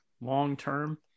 long-term